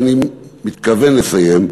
ואני מתכוון לסיים,